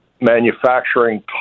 manufacturing